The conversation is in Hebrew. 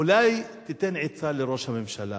אולי תיתן עצה לראש הממשלה?